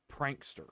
prankster